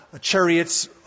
chariots